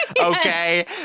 okay